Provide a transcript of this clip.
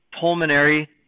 pulmonary